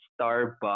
Starbucks